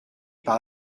par